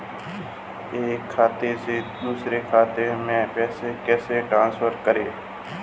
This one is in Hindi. एक खाते से दूसरे खाते में पैसे कैसे ट्रांसफर करें?